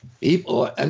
people